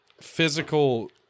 physical